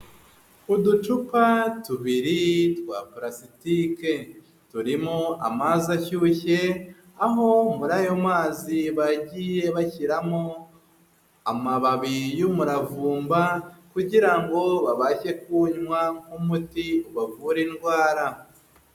Uducupa tubiri twa parasitike turimo amazi ashyushye, aho muri ayo mazi bagiye bashyiramo amababi y'umuravumba kugira ngo babashe kuwunywa nk'umuti ubavure indwara.